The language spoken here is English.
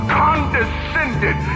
condescended